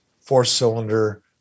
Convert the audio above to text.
four-cylinder